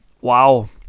Wow